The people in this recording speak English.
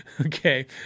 Okay